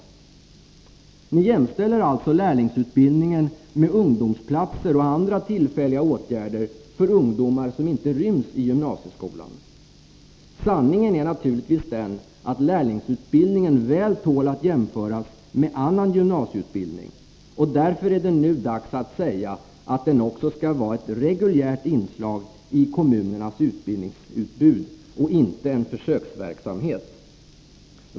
Ni jämställer alltså lärlingsutbildningen med ungdomsplatser och andra tillfälliga åtgärder för ungdomar som inte ryms i gymnasieskolan! Sanningen är naturligtvis den att lärlingsutbildningen väl tål att jämföras med annan gymnasieutbildning, och därför är det nu dags att säga att den också skall vara ett reguljärt inslag i kommunernas utbildningsutbud och inte en försöksverksamhet.